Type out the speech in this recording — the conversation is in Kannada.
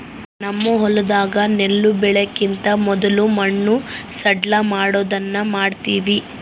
ನಮ್ಮ ಹೊಲದಾಗ ನೆಲ್ಲು ಬೆಳೆಕಿಂತ ಮೊದ್ಲು ಮಣ್ಣು ಸಡ್ಲಮಾಡೊದನ್ನ ಮಾಡ್ತವಿ